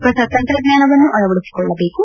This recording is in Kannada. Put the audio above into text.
ಹೊಸ ತಂತ್ರಜ್ಞಾನವನ್ನು ಅಳವಡಿಸಿಕೊಳ್ಳಬೇಕು